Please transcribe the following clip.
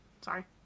Sorry